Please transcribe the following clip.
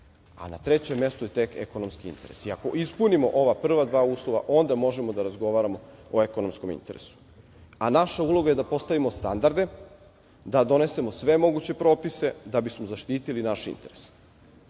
a na trećem mestu je tek ekonomski interes i ako ispunimo ova prva dva uslova onda možemo da razgovaramo o ekonomskom interesu, a naša uloga je da postavimo standarde, da donesemo sve moguće propise da bismo zaštitili naš interes.